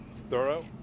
thorough